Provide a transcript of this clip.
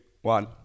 one